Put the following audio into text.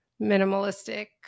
minimalistic